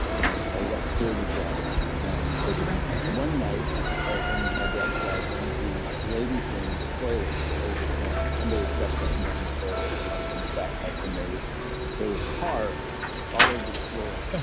you know, a less dirty job um but one night in my dad's drive-in the ladies' room toilets were overflowing somebody had flushed something down the toilet causing them to back up and there was there was horror all over the floor.